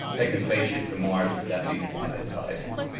taking a spaceship to mars without needing your pilot's licenses,